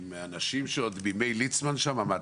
עם אנשים שעוד מימי ליצמן שם.